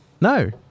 No